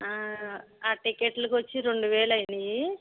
ఆ టిక్కెట్లకు వచ్చి రెండు వేలు అయ్యాయి